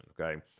okay